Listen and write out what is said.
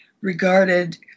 regarded